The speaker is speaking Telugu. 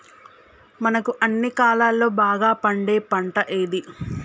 మనకు అన్ని కాలాల్లో బాగా పండే పంట ఏది?